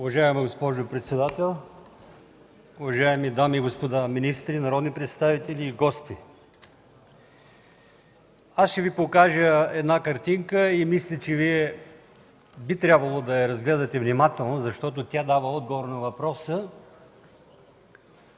Уважаема госпожо председател, уважаеми дами и господа министри, народни представители и гости! Аз ще Ви покажа една картинка и мисля, че Вие би трябвало да я разгледате внимателно, защото тя дава отговор на въпроса,